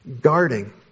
Guarding